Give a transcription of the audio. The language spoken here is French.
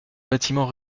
bâtiment